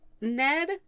ned